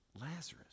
Lazarus